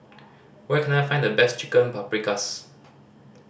where can I find the best Chicken Paprikas